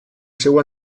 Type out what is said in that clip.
seu